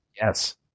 Yes